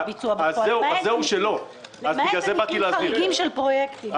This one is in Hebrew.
למעט במקרים חריגים של פרויקטים.